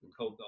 COVID